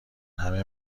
همه